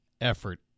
effort